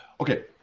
Okay